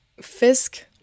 Fisk